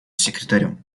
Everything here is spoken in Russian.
секретарем